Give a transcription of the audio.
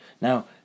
Now